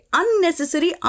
unnecessary